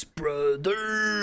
brother